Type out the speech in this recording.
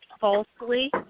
falsely